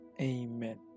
amen